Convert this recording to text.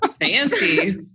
Fancy